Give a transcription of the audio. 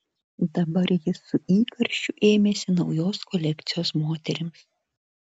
dabar jis su įkarščiu ėmėsi naujos kolekcijos moterims